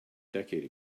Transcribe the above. decade